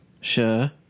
Sure